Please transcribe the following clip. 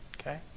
Okay